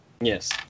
yes